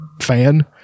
fan